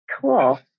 Cool